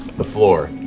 the floor.